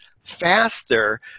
faster